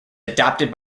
adopted